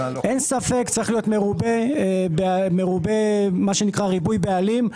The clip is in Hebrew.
אין ספק, צריך להיות מה שנקרא ריבוי בעלים.